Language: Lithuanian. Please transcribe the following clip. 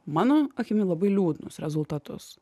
mano akim labai liūdnus rezultatus